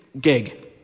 gig